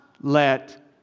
let